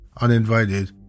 uninvited